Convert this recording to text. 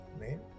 name